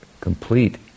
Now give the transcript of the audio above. complete